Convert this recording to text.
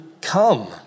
Come